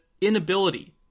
inability